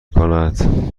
کند